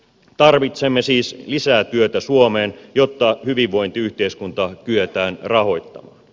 tarvitsemme siis lisää työtä suomeen jotta hyvinvointiyhteiskunta kyetään rahoittamaan